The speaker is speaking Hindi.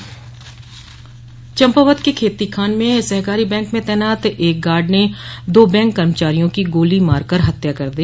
हत्या चम्पावत के खेतीखान में सहकारी बैंक में तैनात एक गार्ड ने दो बैंक कर्मचारियों की गोली मारकर हत्या कर दी